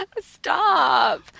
Stop